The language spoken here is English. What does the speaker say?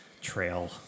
trail